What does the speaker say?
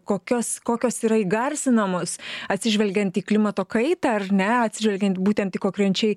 kokios kokios yra įgarsinamos atsižvelgiant į klimato kaitą ar ne atsižvelgiant būtent į konkrečiai